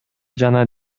жана